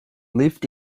lived